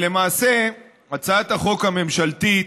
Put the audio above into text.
למעשה, הצעת החוק הממשלתית